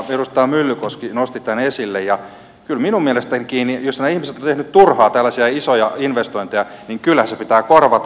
edustaja myllykoski nosti tämän esille ja kyllä minunkin mielestäni jos nämä ihmiset ovat tehneet turhaan tällaisia isoja investointeja se pitää korvata